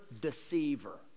deceiver